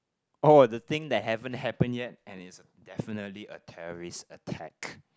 oh the thing that haven't happened yet and is definitely a terrorist attack